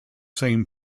same